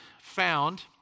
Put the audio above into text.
found